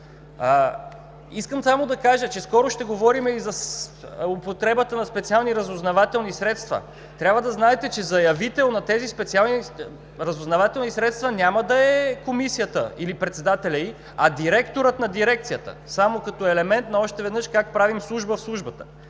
Искам само да кажа, че скоро ще говорим и за употребата на специални разузнавателни средства. Трябва да знаете, че заявител на тези специални разузнавателни средства няма да е Комисията или председателят й, а директорът на дирекцията – само като елемент още веднъж как правим служба в службата.